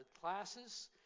classes